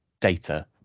data